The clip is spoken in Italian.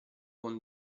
con